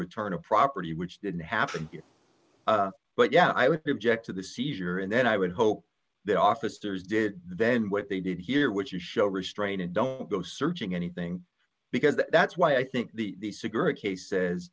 return of property which didn't happen but yeah i would be object to the seizure and then i would hope the officers did then what they did here which is show restraint and don't go searching anything because that's why i think the cigarette case says